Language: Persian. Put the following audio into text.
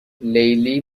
لیلی